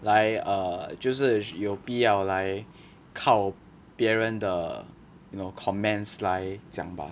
来 err 就是有必要来靠别人的 you know comments 来讲 lah